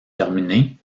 terminée